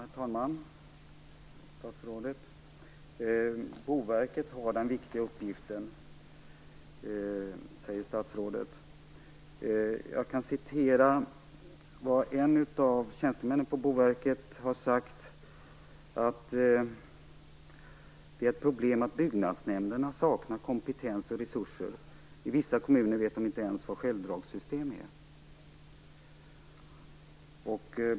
Herr talman! Boverket har den viktiga uppgiften att övervaka lagen, sade statsrådet. En av tjänstemänmnen på Boverket har sagt att det är ett problem att byggnadsnämnderna saknar kompetens och resurser. I vissa kommuner vet de inte ens vad självdragssystem är.